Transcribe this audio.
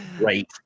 right